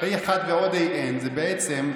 אחד ועוד An, זה בדיוק מה שאמרתי.